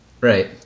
Right